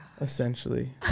Essentially